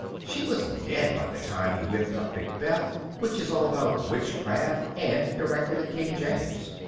she was dead by the time he whipped up macbeth, which is all about witchcraft and directed at king james.